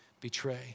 betray